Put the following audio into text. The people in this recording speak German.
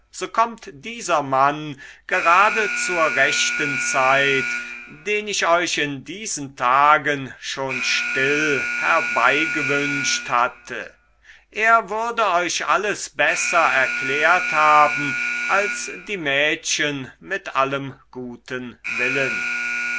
so kommt dieser mann gerade zur rechten zeit den ich euch in diesen tagen schon still herbeigewünscht hatte er würde euch alles besser erklärt haben als die mädchen mit allem guten willen